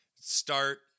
Start